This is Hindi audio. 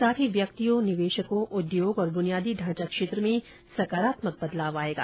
साथ ही व्यक्तियों निवेशकों उद्योग और बुनियादी ढांचा क्षेत्र में सकारात्मक बदलाव आएगा